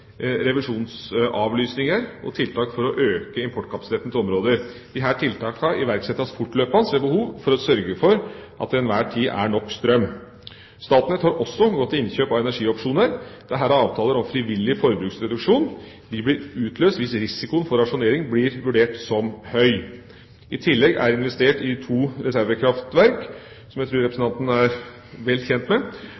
revisjonsavlysninger og tiltak for å øke importkapasiteten til områder. Disse tiltakene iverksettes fortløpende ved behov for å sørge for at det til enhver tid er nok strøm. Statnett har også gått til innkjøp av energiopsjoner. Dette er avtaler om frivillig forbruksreduksjon. Disse blir utløst hvis risikoen for rasjonering blir vurdert som høy. I tillegg er det investert i to reservekraftverk, som jeg